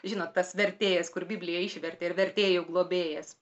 žinot tas vertėjas kur bibliją išvertė ir vertėjų globėjas